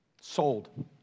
sold